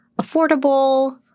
affordable